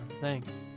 thanks